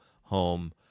home